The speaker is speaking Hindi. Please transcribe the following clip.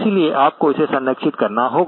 इसलिए आपको इसे संरक्षित करना होगा